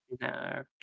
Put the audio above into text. No